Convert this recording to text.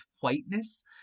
whiteness